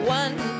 one